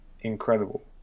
incredible